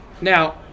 Now